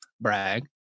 brag